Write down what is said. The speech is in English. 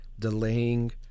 delaying